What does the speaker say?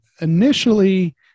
initially